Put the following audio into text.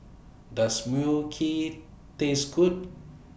Does Mui Kee Taste Good